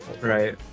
Right